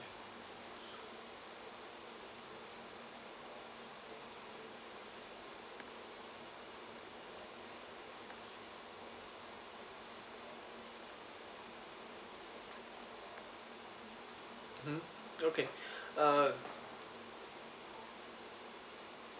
mm okay uh